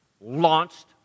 launched